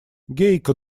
гейка